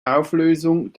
auflösung